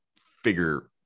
figure